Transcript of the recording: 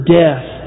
death